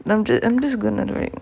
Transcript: நன்றி:nandri I'm just gonna like